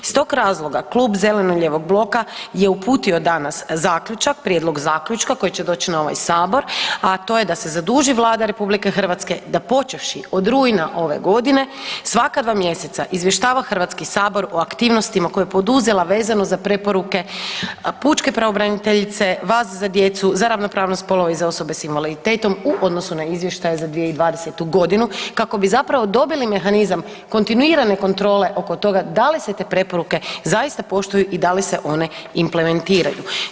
Iz tog razloga klub zeleno-lijevog bloka je uputio danas zaključak, prijedlog zaključka koji će doći na ovaj Sabor, a to je da se zaduži Vlada RH da počevši od rujna ove godine svaka dva mjeseca izvještava HS o aktivnostima koje je poduzela vezano za preporuke pučke pravobraniteljice, vas za djecu, za ravnopravnost spolova i za osobe s invaliditetom u odnosu na izvještaje za 2020.g. kako bi dobili mehanizam kontinuirane kontrole oko toga da li se te preporuke zaista poštuju i da li se one implementiraju.